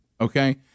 Okay